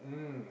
mm